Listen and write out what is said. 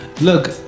look